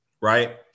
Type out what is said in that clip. right